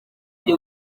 ujye